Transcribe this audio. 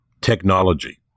Technology